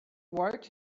work